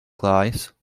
klājas